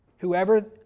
Whoever